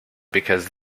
because